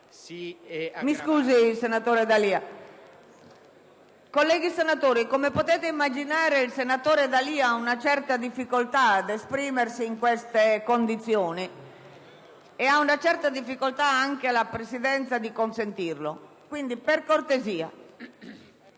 Mi scusi, senatore D'Alia. Colleghi senatori, come potete immaginare, il senatore D'Alia ha una certa difficoltà ad esprimersi in queste condizioni e ha una certa difficoltà anche la Presidenza a sentirlo. Prego, senatore